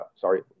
sorry